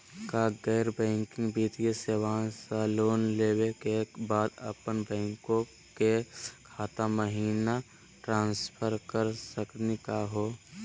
का गैर बैंकिंग वित्तीय सेवाएं स लोन लेवै के बाद अपन बैंको के खाता महिना ट्रांसफर कर सकनी का हो?